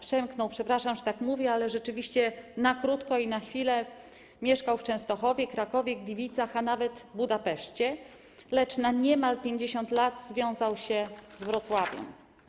Przemknął - przepraszam, że tak mówię, ale rzeczywiście na krótko i na chwilę mieszkał w Częstochowie, Krakowie, Gliwicach, a nawet Budapeszcie, lecz na niemal 50 lat związał się z Wrocławiem.